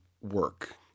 work